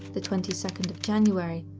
the twenty second january,